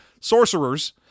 sorcerers